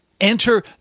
Enter